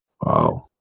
Wow